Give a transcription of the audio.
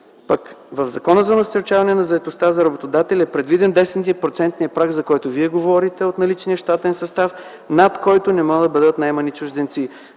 в Закона за насърчаване на заетостта за работодателя е предвиден 10-процентният праг, за който Вие говорите, от наличния щатен състав, над който не могат да бъдат наемани чужденци.